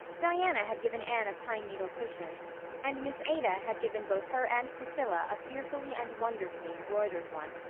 diana had given anne a pine needle cushion and miss ada had given both her and priscilla a fearfully and wonderfully embroidered one.